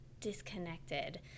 disconnected